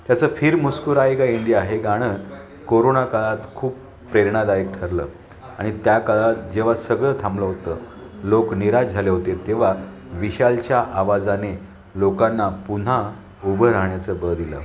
त्याचं फिर मुस्कूराएगा इंडिया हे गाणं कोरोनाकाळात खूप प्रेरणादायक ठरलं आणि त्या काळात जेव्हा सगळं थांबलं होतं लोक निराश झाले होते तेव्हा विशालच्या आवाजाने लोकांना पुन्हा उभं राहण्याचं बळ दिलं